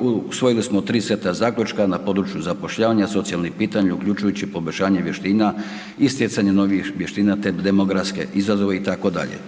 Usvojili smo 3 seta zaključka na području zapošljavanja i socijalnih pitanja, uključujući i poboljšanje vještina i stjecanje novih vještina, te demografske izazove itd.